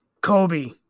Kobe